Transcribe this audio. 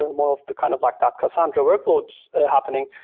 and more of the kind of like that cassandra workloads happening.